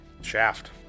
Shaft